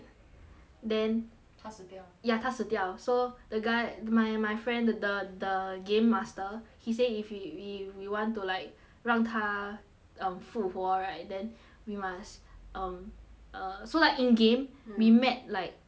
then 他死掉 ya 他死掉 so the guy my my friend the the the game master he said if you we we we want to like 让他 um 复活 right then we must um err so like in game mm we met like a 巫婆